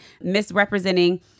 misrepresenting